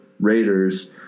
raiders